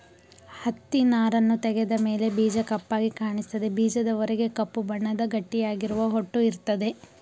ಹತ್ತಿನಾರನ್ನು ತೆಗೆದ ಮೇಲೆ ಬೀಜ ಕಪ್ಪಾಗಿ ಕಾಣಿಸ್ತದೆ ಬೀಜದ ಹೊರಗೆ ಕಪ್ಪು ಬಣ್ಣದ ಗಟ್ಟಿಯಾಗಿರುವ ಹೊಟ್ಟು ಇರ್ತದೆ